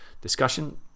discussion